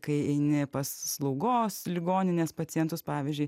kai eini pas slaugos ligoninės pacientus pavyzdžiui